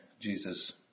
Jesus